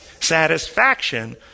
Satisfaction